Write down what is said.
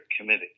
Committee